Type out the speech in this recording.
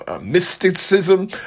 mysticism